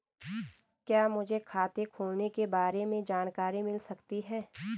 क्या मुझे खाते खोलने के बारे में जानकारी मिल सकती है?